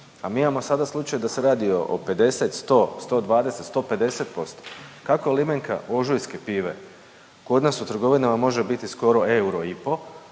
A mi imamo sada slučaj da se radi o 50, 100, 120, 150%. Kako limenka Ožujske pive kod nas u trgovinama može biti skoro euro i po',